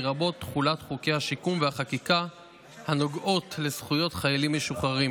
לרבות תחולת חוקי השיקום והחקיקה הנוגעים לזכויות חיילים משוחררים.